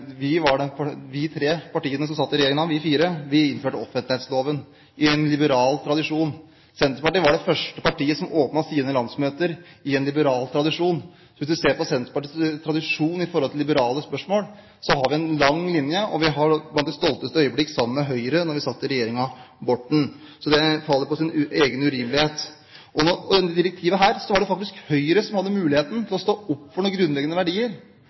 vi en lang linje, og noen av de stolteste øyeblikk var da vi satt sammen med Høyre i regjeringen Borten. Så det faller på sin egen urimelighet. Når det gjelder dette direktivet, var det faktisk Høyre som hadde muligheten til å stå opp for noen grunnleggende verdier